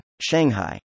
Shanghai